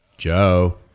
Joe